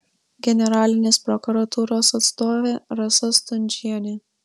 generalinės prokuratūros atstovė rasa stundžienė